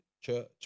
church